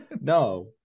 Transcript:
No